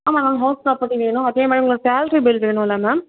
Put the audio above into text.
ஆமாங்க house property வேணும் அதே மாதிரி உங்கள் சேலரி பில் வேணும்ல மேம்